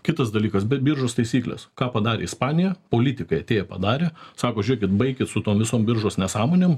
kitas dalykas bet biržos taisyklės ką padarė ispanija politikai atėję padarė sako žiūrėkit baikit su tom visom biržos nesąmonėm